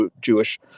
Jewish